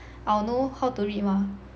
I will know how to read mah